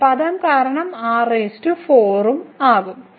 ഈ പദം കാരണം ഇവിടെ r4 ഉം ഉം ആയിരിക്കും